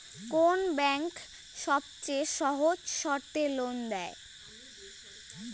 কোন ব্যাংক সবচেয়ে সহজ শর্তে লোন দেয়?